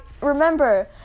Remember